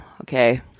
okay